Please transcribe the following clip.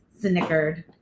snickered